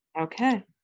Okay